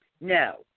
No